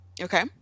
Okay